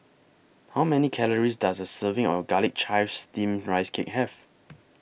How Many Calories Does A Serving of Garlic Chives Steamed Rice Cake Have